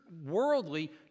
worldly